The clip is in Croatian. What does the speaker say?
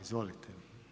Izvolite.